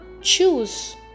choose